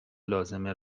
لازمه